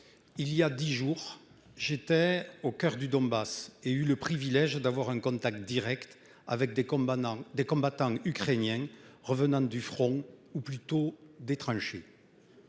Voilà dix jours, j'étais au coeur du Donbass, où j'ai eu le privilège d'avoir un contact direct avec des combattants ukrainiens revenant du front ou, plutôt, des tranchées.